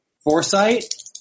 foresight